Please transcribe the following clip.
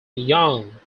young